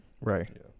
Right